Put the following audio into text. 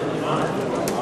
התש"ע 2010, נתקבל.